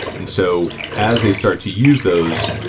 and so as they start to use those,